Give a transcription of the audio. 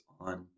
on